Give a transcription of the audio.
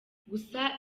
gusa